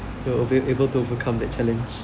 to o~ able to overcome that challenge